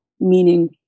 Meaning